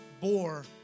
bore